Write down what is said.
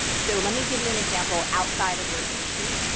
so let me give you an example outside of your industry.